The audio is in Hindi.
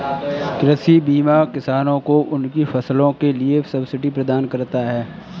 कृषि बीमा किसानों को उनकी फसलों के लिए सब्सिडी प्रदान करता है